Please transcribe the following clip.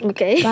Okay